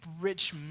rich